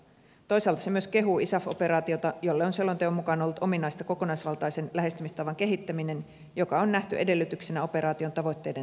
toisaalta se myös kehuu isaf operaatiota jolle on selonteon mukaan ollut ominaista kokonaisvaltaisen lähestymistavan kehittäminen joka on nähty edellytyksenä operaation tavoitteiden saavuttamiselle